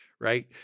right